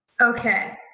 Okay